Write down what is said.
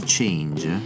Change